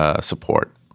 support